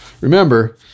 Remember